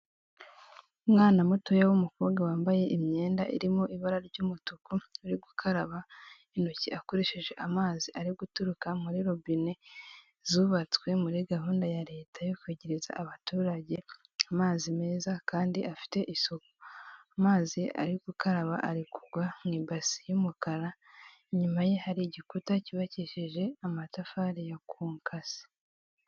Umwana mutoya w'umukobwa wambaye imyenda irimo ibara ry'umutuku ari gukaraba intoki akoresheje amazi ari guturuka muri robine zubatswe muri gahunda ya leta yo kwegereza abaturage amazi meza kandi afite isuku, amazi ari gukaraba arekurwa mu ibasi y'umukara inyuma ye hari igikuta cyubakisheje amatafari ya konkase.